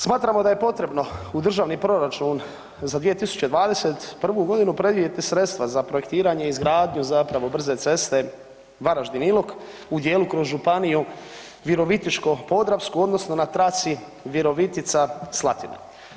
Smatramo da je potrebno u državni proračun za 2021. godinu predvidjeti sredstva za projektiranje i izgradnju zapravo brze ceste Varaždin – Ilok u dijelu kroz Županiju Virovitičko-podravsku odnosno na traci Virovitica – Slatina.